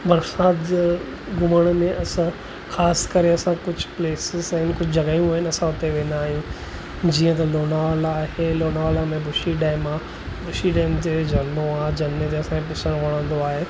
बरसाति जे घुमणु में असां ख़ासि करे असां कुझु प्लेसिस आहिनि कुझु जॻहियूं आहिनि असां उते वेंदा आहियूं जीअं त लोनावाला आहे लोनावाला में बुशी डेम आहे बुशी डेम ते झरणो आहे झरणे में असां ॾिसणु वणंदो आहे